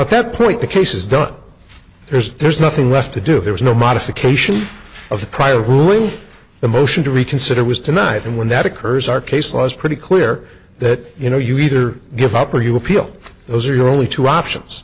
at that point the case is done there's there's nothing left to do there was no modification of the prior ruling the motion to reconsider was tonight and when that occurs our case law is pretty clear that you know you either give up or you appeal those are your only two options